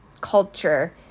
culture